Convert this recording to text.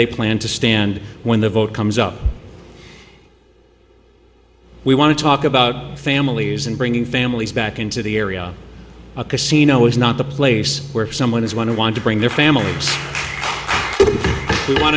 they plan to stand when the vote comes up we want to talk about families and bringing families back into the area a casino is not the place where someone has one and want to bring their families w